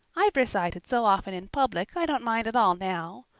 i've recited so often in public i don't mind at all now.